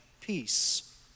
peace